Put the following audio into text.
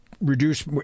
reduce